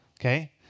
okay